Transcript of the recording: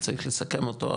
צריך לסכם אותו,